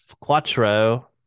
Quattro